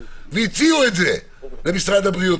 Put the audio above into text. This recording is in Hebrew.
והציעו את זה למשרד הבריאות,